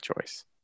choice